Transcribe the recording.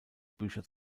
bücher